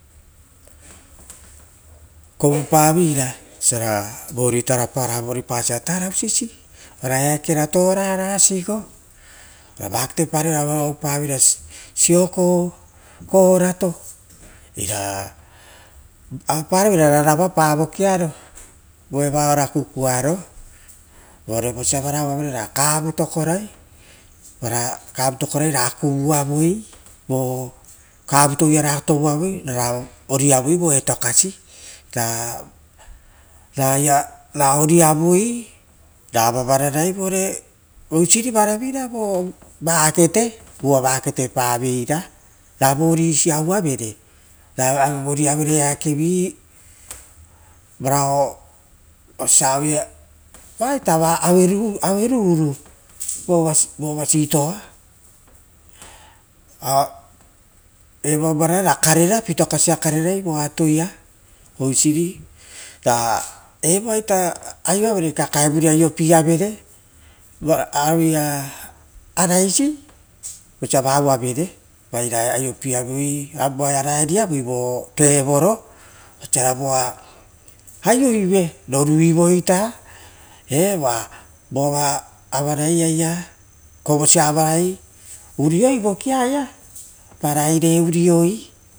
Kovopavera oisiora anevoripara tupa ora eakera torara sigo ora ova vaketepara veira rueia sioko, korato, avapara veira ra ravapa vikiaro vo evau ara kukuearo. Oire vosia evara ouavere ra kavu to korai, ra oiravoi voia etokasi ra oriavoi vava vararai oisirire varavina raia vorisie vo vakete ra vorisi ouavere, rai aue voriavere vaita aue ruro vova vorivori pa kepa evoa varara ra pitokasia karerai vo atoia oisiri ra evoa ita ai oavere, kakaevure aiopieavore aueia araisi vosia vaou avere voia raieavoi vo aiopato osira voa aioive, roruivoiita evoa oa avarai aia korosa avania, vavaopa voki urioi.